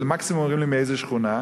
מקסימום אומרים לי מאיזו שכונה.